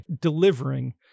delivering